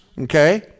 okay